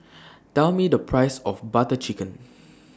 Tell Me The Price of Butter Chicken